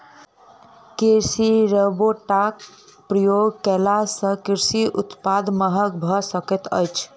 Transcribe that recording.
कृषि रोबोटक प्रयोग कयला सॅ कृषि उत्पाद महग भ सकैत अछि